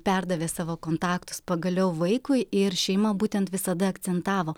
perdavė savo kontaktus pagaliau vaikui ir šeima būtent visada akcentavo